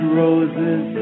roses